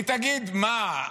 היא תגיד: מה,